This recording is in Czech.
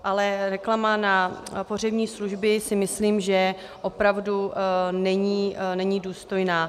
Ale reklama na pohřební služby, si myslím, že opravdu není důstojná.